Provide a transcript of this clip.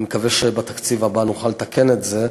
אני מקווה שבתקציב הבא נוכל לתקן את זה.